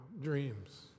dreams